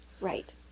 Right